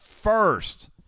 first